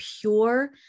pure